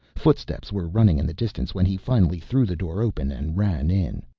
footsteps were running in the distance when he finally threw the door open and ran in.